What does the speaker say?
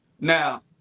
now